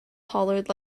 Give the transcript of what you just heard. hollered